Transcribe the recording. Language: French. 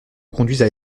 conduisent